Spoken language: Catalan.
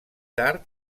tard